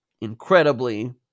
incredibly